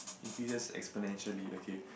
increases exponentially okay